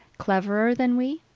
cleverer than we?